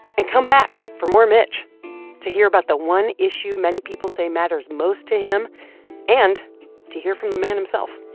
and come back for more mitch to hear about the one issue many people say matters most to him and to hear from the man himself.